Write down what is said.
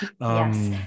Yes